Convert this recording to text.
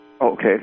Okay